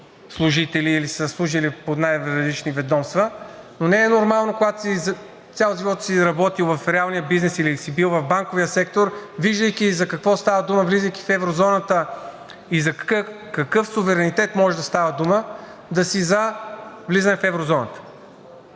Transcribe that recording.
служители или са служили по най-различни ведомства, но не е нормално, когато цял живот си работил в реалния бизнес или си бил в банковия сектор, виждайки за какво става дума, влизайки в еврозоната, и за какъв суверенитет може да става дума да си за влизане в еврозоната.